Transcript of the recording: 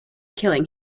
killing